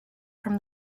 from